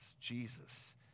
Jesus